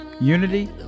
unity